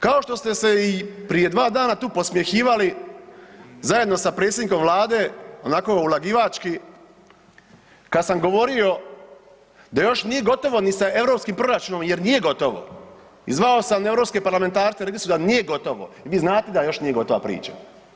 Kao što ste se i prije dva dana podsmjehivali zajedno sa predsjednikom Vlade onako ulagivački kada sam govorio da još nije gotovo ni sa europskim proračunom jer nije gotovo i zvao sam europske parlamentarce rekli su da nije gotovo i vi znate da još nije gotova priča.